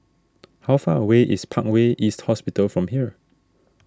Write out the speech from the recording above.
how far away is Parkway East Hospital from here